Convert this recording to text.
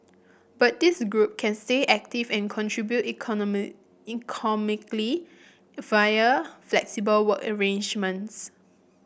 but this group can stay active and contribute economic economically via flexible work arrangements